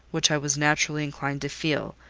which i was naturally inclined to feel,